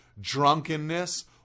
drunkenness